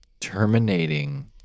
terminating